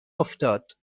افتاد